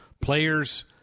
players